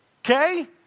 Okay